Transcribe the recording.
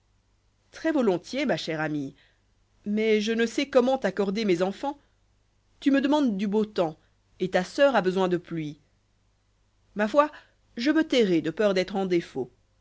volontiers ma chère amie mais je ne sais comment accorder mes enfants tu me demandes du beau temps et ta soeur a besoin de pluie ma foi je me tairai de peur d'être en défaut